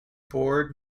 board